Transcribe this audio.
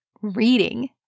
Reading